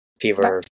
Fever